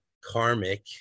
karmic